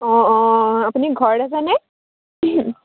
অঁ অঁ আপুনি ঘৰত আছেনে